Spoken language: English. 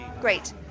Great